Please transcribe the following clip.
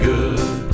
Good